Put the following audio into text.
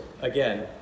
again